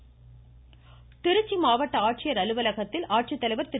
இருவரி திருச்சி மாவட்ட ஆட்சித்தலைவர் அலுவலகத்தில் ஆட்சித்தலைவர் திரு